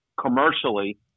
commercially